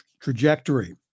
trajectory